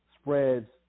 spreads